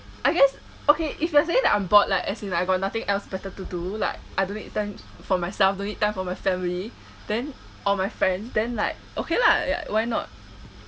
I guess okay if you're saying that I'm bored like as in like I got nothing else better to do like I don't need time for myself don't need time for my family then or my friends then like okay lah ya why not